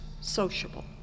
sociable